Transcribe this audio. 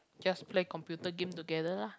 just play computer game together lah